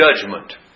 judgment